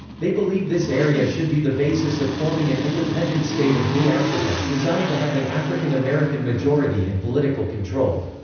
they believe this area should be the basis of forming an independent state of new afrika, designed to have an african-american majority and political control.